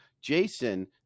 jason